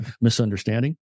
misunderstanding